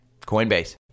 Coinbase